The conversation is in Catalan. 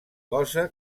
cosa